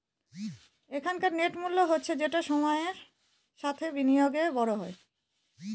এখনকার নেট মূল্য হচ্ছে যেটা সময়ের সাথে বিনিয়োগে বড় হয়